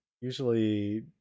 usually